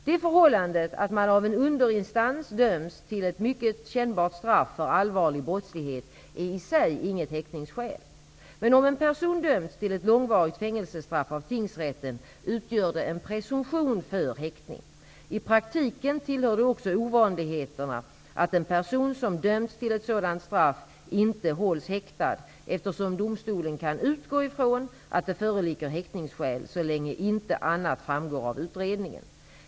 Det förhållandet att man av en underinstans dömts till ett mycket kännbart straff för allvarlig brottslighet är i sig inget häktningsskäl. Men om en person dömts till ett långvarigt fängelsestraff av tingsrätten utgör det en presumtion för häktning. I praktiken tillhör det också ovanligheterna att en person som dömts till ett sådant straff inte hålls häktad, eftersom domstolen kan utgå ifrån att det föreligger häktningsskäl, så länge inte annat framgår av utredningen.